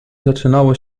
zaczynało